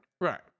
Right